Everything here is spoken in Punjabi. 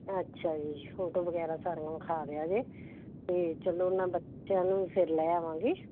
ਅੱਛਾ ਜੀ ਫੋਟੋ ਵਗੈਰਾ ਤੁਹਾਨੂੰ ਵਿਖਾ ਦਿਓ ਜੇ ਅਤੇ ਚਲੋ ਉਹਨਾਂ ਬੱਚਿਆਂ ਨੂੰ ਫਿਰ ਲੈ ਆਵਾਂਗੀ